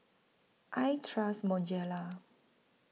I Trust Bonjela